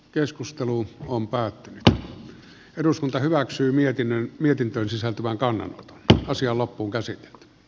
keskustelu on päättymätön eduskunta hyväksyi mietinnän mietintöön sisältyvän kannan asia loppuun käsin